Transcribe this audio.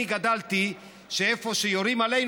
אני גדלתי שאיפה שיורים עלינו,